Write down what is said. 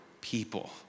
people